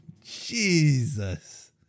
Jesus